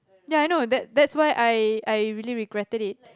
ya I know that that's why I I really regretted it